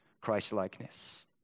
Christ-likeness